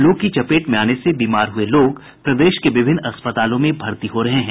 लू की चपेट में आने से बीमार हुए लोग प्रदेश के विभिन्न अस्पतालों में भर्ती हो रहे हैं